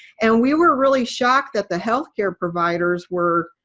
and we were really shocked that the healthcare providers were